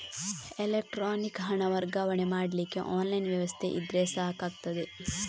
electronic ಹಣ ವರ್ಗಾವಣೆ ಮಾಡ್ಲಿಕ್ಕೆ ಆನ್ಲೈನ್ ವ್ಯವಸ್ಥೆ ಇದ್ರೆ ಸಾಕಾಗ್ತದೆ